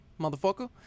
motherfucker